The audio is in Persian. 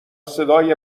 صدای